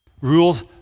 Rules